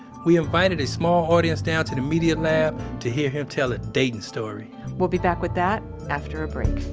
we invited a small audience down to the media lab to hear him tell a dating story we'll be back with that after the ah break